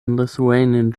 lithuanian